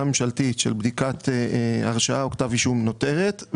הממשלתית של בדיקת הרשאה או כתב אישום נותרת.